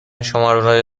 شماره